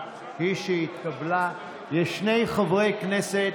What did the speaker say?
זה יהיה הרבה פחות,